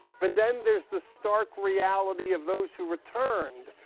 but then, there's the stark reality of those who returned.